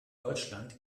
deutschland